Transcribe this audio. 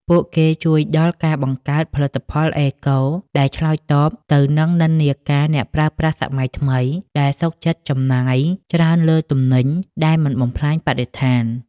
ពួកគេជួយដល់ការបង្កើតផលិតផលអេកូ ដែលឆ្លើយតបទៅនឹងនិន្នាការអ្នកប្រើប្រាស់សម័យថ្មី ដែលសុខចិត្តចំណាយច្រើនលើទំនិញដែលមិនបំផ្លាញបរិស្ថាន។